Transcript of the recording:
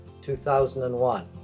2001